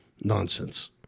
nonsense